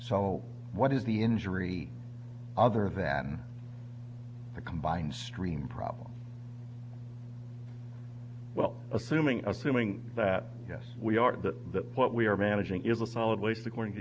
so what is the injury other than the combined stream problem well assuming assuming that yes we are that that what we are managing is a solid waste according to